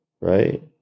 right